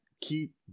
keep